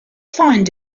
find